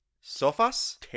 Sofas